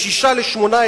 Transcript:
משישה לשמונה,